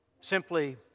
simply